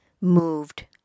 moved